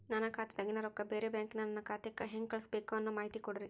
ನನ್ನ ಖಾತಾದಾಗಿನ ರೊಕ್ಕ ಬ್ಯಾರೆ ಬ್ಯಾಂಕಿನ ನನ್ನ ಖಾತೆಕ್ಕ ಹೆಂಗ್ ಕಳಸಬೇಕು ಅನ್ನೋ ಮಾಹಿತಿ ಕೊಡ್ರಿ?